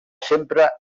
sempre